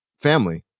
family